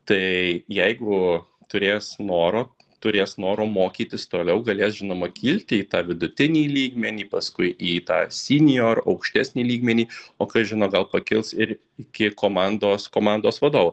tai jeigu turės noro turės noro mokytis toliau galės žinoma kilti į tą vidutinį lygmenį paskui į tą sinjor aukštesnį lygmenį o kas žino gal pakils ir iki komandos komandos vadovo